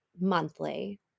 monthly